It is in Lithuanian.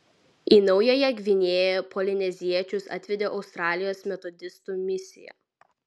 į naująją gvinėją polineziečius atvedė australijos metodistų misija